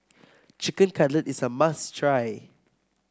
Chicken Cutlet is a must try